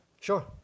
Sure